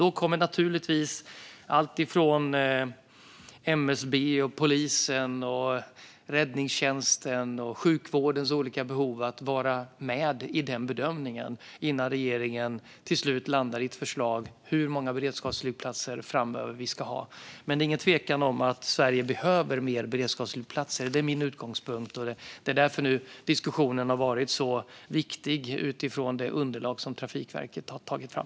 Då kommer naturligtvis alltifrån MSB, polisen och Räddningstjänsten till sjukvårdens olika behov att vara med i bedömningen innan regeringen till slut landar i ett förslag om hur många beredskapsflygplatser vi ska ha framöver. Men det råder ingen tvekan om att Sverige behöver fler beredskapsflygplatser. Det är min utgångspunkt, och det är därför diskussionen nu har varit så viktig utifrån det underlag som Trafikverket har tagit fram.